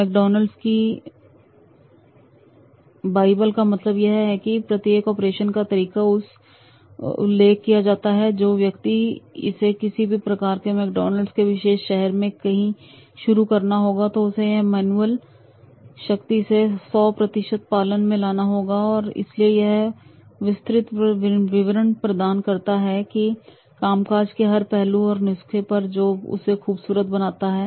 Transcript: McDonald की Bible का मतलब यह है कि प्रत्येक ऑपरेशन का तरीके से उल्लेख किया गया है और जो भी व्यक्ति इसे किसी भी भारत के मैकडॉनल्ड्स के विशेष शहर में कई शुरू करना चाहेगा तो उसे यह मैनुअल शक्ति से 100 पालन में लाना होगा और इसलिए यह है विस्तृत विवरण प्रदान करता है कामकाज के हर पहलू और नुस्खे पर जो उसे खूबसूरत बनाता है